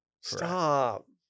Stop